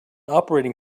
operating